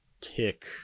tick